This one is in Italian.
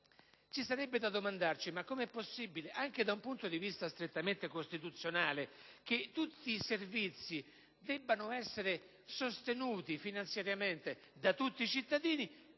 ci sarebbe da domandarsi come sia possibile, anche da un punto di vista strettamente costituzionale, che tutti i servizi debbano essere sostenuti finanziariamente da tutti i cittadini,